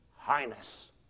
Highness